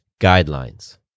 guidelines